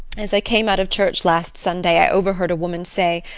as i came out of church last sunday i overheard a woman say,